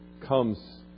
comes